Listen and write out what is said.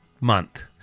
month